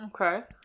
Okay